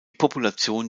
population